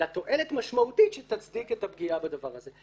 אלא תועלת משמעותית שתצדיק את הפגיעה בדבר הזה.